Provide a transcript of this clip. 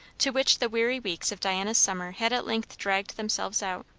to which the weary weeks of diana's summer had at length dragged themselves out.